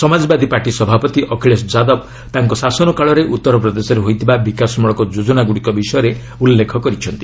Samajwadi party ସଭାପତି ଅଖିଳେଶ ଯାଦବ ତାଙ୍କ ଶାସନ କାଳରେ ଉଉରପ୍ରଦେଶରେ ହୋଇଥିବା ବିକାଶମୂଳକ ଯୋଜନାଗୁଡ଼ିକ ବିଷୟରେ ଉଲ୍ଲେଖ କରିଛନ୍ତି